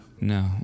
No